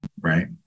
right